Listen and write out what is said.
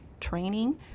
training